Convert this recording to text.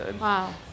Wow